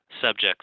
subjects